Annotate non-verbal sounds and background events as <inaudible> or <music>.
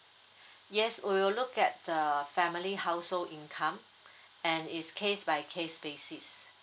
<breath> yes we will look at the family household income and is case by case basis